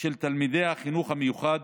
של תלמידי החינוך המיוחד